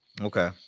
Okay